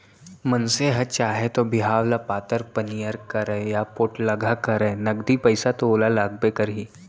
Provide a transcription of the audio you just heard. मनसे ह चाहे तौ बिहाव ल पातर पनियर करय या पोठलगहा करय नगदी पइसा तो ओला लागबे करही